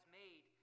made